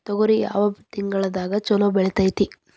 ತೊಗರಿ ಯಾವ ತಿಂಗಳದಾಗ ಛಲೋ ಬೆಳಿತೈತಿ?